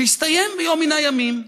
שיסתיים ביום מן הימים.